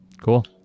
Cool